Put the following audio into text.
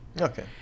Okay